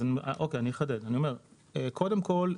קודם כל,